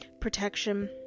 protection